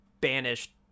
banished